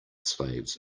slaves